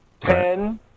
ten